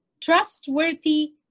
trustworthy